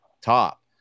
top